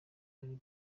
bari